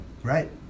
Right